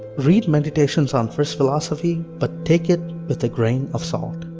read meditations on first philosophy but take it with a grain of salt.